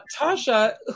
Tasha